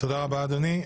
תודה רבה אדוני.